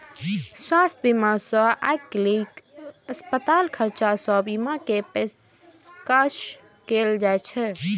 स्वास्थ्य बीमा मे आइकाल्हि अस्पतालक खर्च सं बेसी के पेशकश कैल जाइ छै